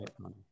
right